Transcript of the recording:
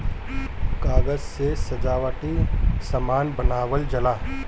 कागज से सजावटी सामान बनावल जाला